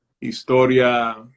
historia